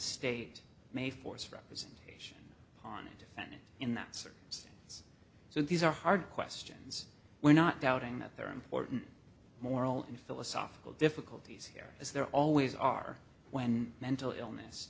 state may force representation upon a defendant in that circumstance so these are hard questions we're not doubting that there are important moral and philosophical difficulties here as there always are when mental illness